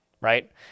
right